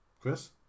Chris